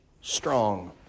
strong